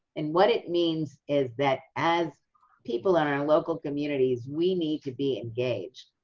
and what it means is that as people are in local communities, we need to be engaged.